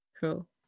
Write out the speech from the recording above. Cool